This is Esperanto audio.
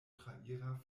traira